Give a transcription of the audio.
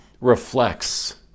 reflects